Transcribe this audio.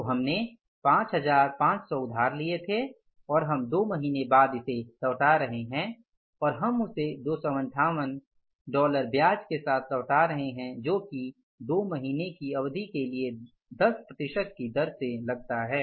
तो हमने 15500 उधार लिए थे और हम 2 महीने बाद लौटा रहे हैं और हम उसे 258 ब्याज के साथ लौटा रहे हैं जो 2 महीने की अवधि के लिए 10 प्रतिशत की दर से लगता है